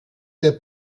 der